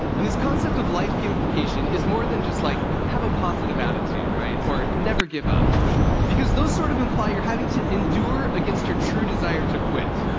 and this concept of life gamification is more than just, like, have a positive attitude or never give up because those sort of imply you're having to endure against your true desire to quit.